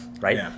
right